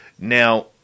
Now